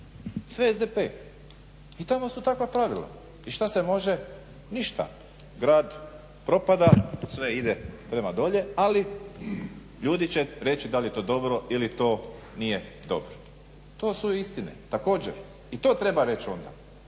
sve SDP. I tamo su takva pravila i što se može, ništa, grad propada, sve ide prema dolje, ali ljudi će reći da li je to dobro ili to nije dobro. To su istine također i to treba reći onda,